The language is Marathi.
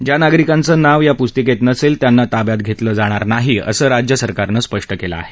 ज्या नागरिकांचे नाव या पुस्तिकेत नसेल त्यांना ताव्यात घेतलं जाणार नाही असं राज्य सरकारनं स्पष्ट केलं आहे